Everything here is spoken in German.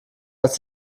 als